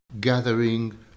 gathering